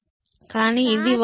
కానీ ఇది ఒక ప్రామాణిక మార్గం